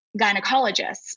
gynecologists